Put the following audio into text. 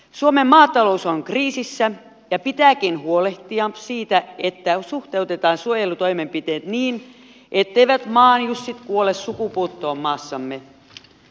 suomen maatalous on kriisissä ja pitääkin huolehtia siitä että suhteutetaan suojelutoimenpiteet niin etteivät maajussit kuole sukupuuttoon maassamme